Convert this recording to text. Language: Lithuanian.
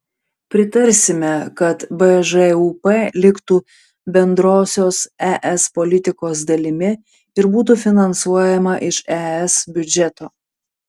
pritarsime kad bžūp liktų bendrosios es politikos dalimi ir būtų finansuojama iš es biudžeto